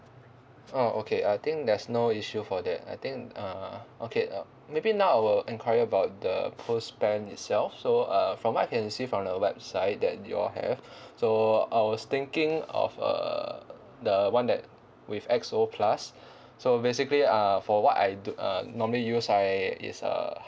oh okay I think there's no issue for that I think uh okay uh maybe now I'll enquire about the uh post plan itself so uh from what I can see from the website that you all have so I was thinking of uh the one that with X O plus so basically uh for what I do uh normally use I is uh